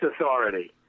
authority